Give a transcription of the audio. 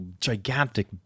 gigantic